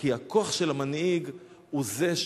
כי הכוח של המנהיג הוא זה,